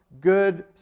good